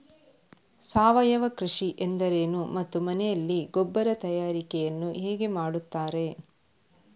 ಸಾವಯವ ಕೃಷಿ ಎಂದರೇನು ಮತ್ತು ಮನೆಯಲ್ಲಿ ಗೊಬ್ಬರ ತಯಾರಿಕೆ ಯನ್ನು ಹೇಗೆ ಮಾಡುತ್ತಾರೆ?